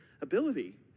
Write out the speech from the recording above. ability